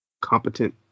competent